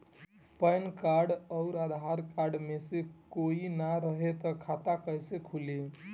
Pan card आउर Aadhaar card मे से कोई ना रहे त खाता कैसे खुली?